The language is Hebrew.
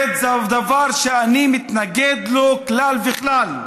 זה דבר שאני מתנגד לו מכול וכול.